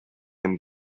and